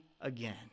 again